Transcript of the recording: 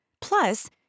Plus